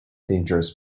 dangerous